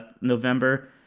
November